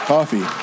Coffee